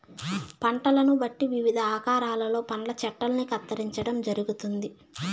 పంటలను బట్టి వివిధ ఆకారాలలో పండ్ల చెట్టల్ని కత్తిరించడం జరుగుతుంది